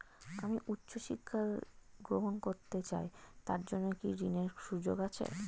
আমি উচ্চ শিক্ষা গ্রহণ করতে চাই তার জন্য কি ঋনের সুযোগ আছে?